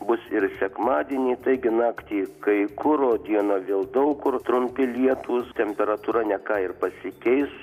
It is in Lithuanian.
bus ir sekmadienį taigi naktį kai kur o dieną vėl daug kur trumpi lietūs temperatūra ne ką ir pasikeis